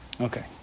Okay